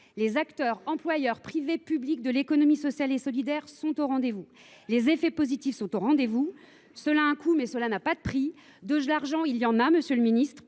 Les acteurs et employeurs privés et publics, ceux de l’économie sociale et solidaire, sont au rendez vous. Les effets positifs sont au rendez vous. Cela a certes un coût, mais cela n’a pas de prix ! De l’argent, il y en a, monsieur le ministre